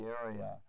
area